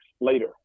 later